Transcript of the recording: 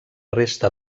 resta